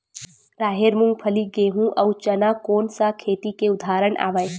राहेर, मूंगफली, गेहूं, अउ चना कोन सा खेती के उदाहरण आवे?